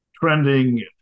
trending